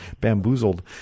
Bamboozled